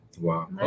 Wow